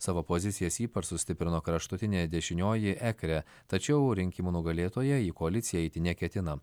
savo pozicijas ypač sustiprino kraštutinė dešinioji ekre tačiau rinkimų nugalėtoja į koaliciją eiti neketina